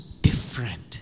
different